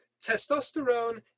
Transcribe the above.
testosterone